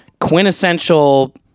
quintessential